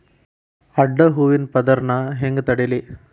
ಅಡ್ಡ ಹೂವಿನ ಪದರ್ ನಾ ಹೆಂಗ್ ತಡಿಲಿ?